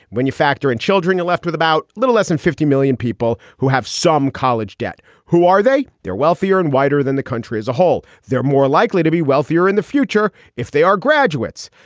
when you factor in children, you're left with about little less than fifty million people who have some college debt. who are they? they're wealthier and whiter than the country as a whole. they're more likely to be wealthier in the future if they are graduates.